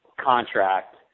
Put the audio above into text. contract